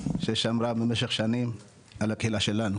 ששמרה במשך שנים על הקהילה שלנו.